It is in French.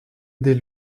dès